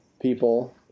people